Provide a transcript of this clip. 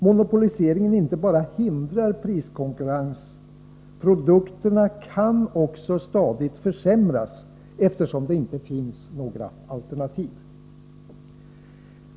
Monopoliseringen inte bara hindrar priskonkurrens — produkterna kan också stadigt försämras eftersom det inte finns några alternativ.